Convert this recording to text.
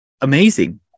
amazing